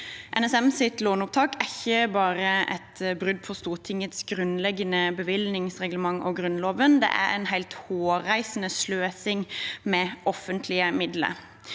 NSMs låneopptak er ikke bare et brudd på Stortingets grunnleggende bevilgningsreglement og Grunnloven. Det er en helt hårreisende sløsing med offentlige midler.